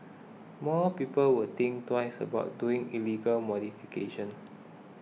more people will think twice about doing illegal modifications